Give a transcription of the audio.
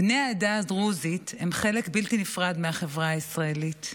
בני העדה הדרוזית הם חלק בלתי נפרד מהחברה הישראלית.